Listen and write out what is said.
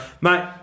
Mate